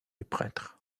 prêtre